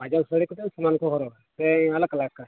ᱥᱟᱡᱟᱣ ᱥᱟᱹᱲᱤ ᱠᱚᱫᱚ ᱥᱚᱢᱟᱱ ᱜᱮᱠᱚ ᱦᱚᱨᱚᱜᱼᱟ ᱥᱮ ᱟᱞᱟᱜᱽ ᱟᱞᱟᱜᱟ